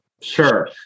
Sure